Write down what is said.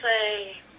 say